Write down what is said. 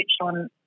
on